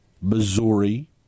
Missouri